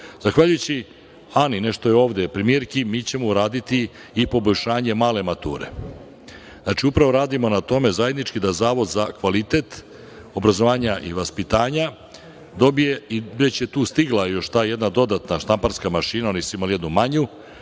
otvorilo. Zahvaljujući Ani, ne što je ovde, premijerki, mi ćemo uraditi i poboljšanje male mature. Znači, upravo radimo na tome zajednički da Zavod za kvalitet obrazovanja i vaspitanja dobije, već je tu stigla ta jedna dodata štamparska mašina, oni su imali jednu manju,